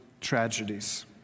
tragedies